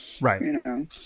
Right